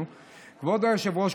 כבוד היושב-ראש,